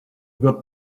got